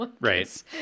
Right